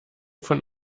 von